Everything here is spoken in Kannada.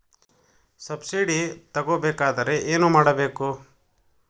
ಸಬ್ಸಿಡಿ ತಗೊಬೇಕಾದರೆ ಏನು ಮಾಡಬೇಕು?